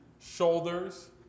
shoulders